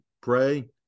Pray